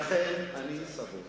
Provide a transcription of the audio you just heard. לכן אני סבור